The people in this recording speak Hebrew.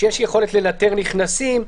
-- שיש יכולת לנטר נכנסים,